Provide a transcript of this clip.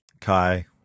Kai